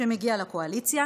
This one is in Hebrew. שמגיע לקואליציה